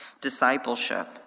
discipleship